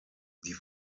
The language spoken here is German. die